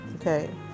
Okay